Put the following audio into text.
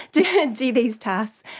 to do these tasks,